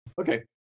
Okay